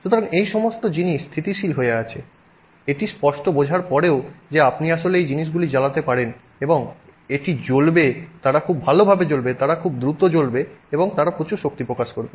সুতরাং এই সমস্ত জিনিস স্থিতিশীল হয়ে আছে এটি স্পষ্ট বোঝার পরেও যে আপনি আসলে এই জিনিসগুলি জ্বালাতে পারেন এবং এটি জ্বলবে তারা খুব ভালভাবে জ্বলবে তারা দ্রুত জ্বলবে এবং তারা প্রচুর শক্তি প্রকাশ করবে